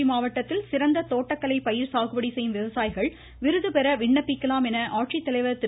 திருச்சி மாவட்டத்தில் சிறந்த தோட்டக்கலை பயிர் சாகுபடி செய்யும் விவசாயிகள் விருதுபெற விண்ணப்பிக்கலாம் என ஆட்சித்தலைவர் திரு